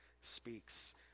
speaks